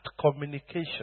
communication